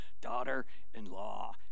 daughter-in-law